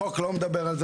החוק לא מדבר על זה